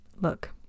look